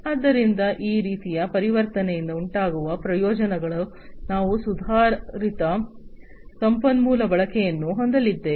ಆದ್ದರಿಂದ ಈ ರೀತಿಯ ಪರಿವರ್ತನೆಯಿಂದ ಉಂಟಾಗುವ ಪ್ರಯೋಜನಗಳು ನಾವು ಸುಧಾರಿತ ಸಂಪನ್ಮೂಲ ಬಳಕೆಯನ್ನು ಹೊಂದಲಿದ್ದೇವೆ